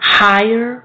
higher